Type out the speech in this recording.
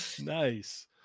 nice